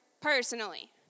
personally